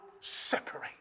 separate